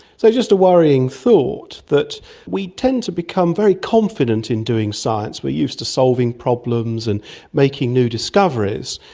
so it's just a worrying thought, that we tend to become very confident in doing science. we're used to solving problems and making new discoveries,